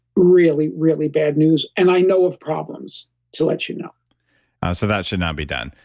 really, really bad news, and i know of problems to let you know so, that should not be done.